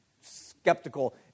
skeptical